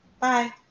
Bye